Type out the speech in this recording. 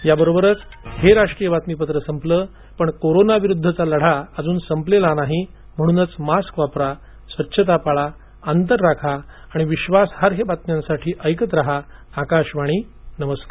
याबरोबरच हे राष्ट्रीय बातमीपत्र संपलं पण कोरोना विरुद्धचा लढा अजून संपलेला नाही म्हणूनच मास्क वापरा स्वच्छता पाळा अंतर राखा आणि विश्वासार्ह बातम्यांसाठी ऐकत रहा आकाशवाणी नमस्कार